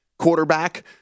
quarterback